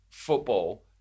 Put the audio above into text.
Football